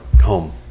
home